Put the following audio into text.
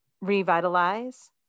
revitalize